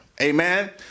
Amen